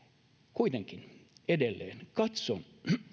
kuitenkin edelleen katson